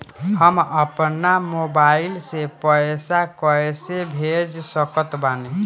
हम अपना मोबाइल से पैसा कैसे भेज सकत बानी?